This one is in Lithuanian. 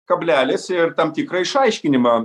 kablelis ir tam tikra išaiškinimą